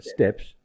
Steps